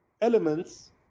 elements